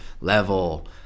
level